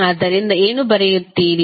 ಆದ್ದರಿಂದ ಏನು ಬರೆಯುತ್ತೀರಿ